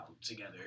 together